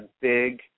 big